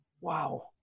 Wow